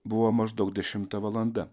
buvo maždaug dešimta valanda